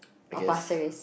or Pasir-Ris